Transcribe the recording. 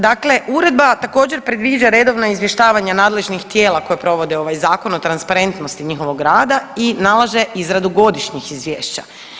Dakle, uredba također predviđa redovna izvještavanja nadležnih tijela koja provode ovaj zakon o transparentnosti njihovog rada i nalaže izradu godišnjih izvješća.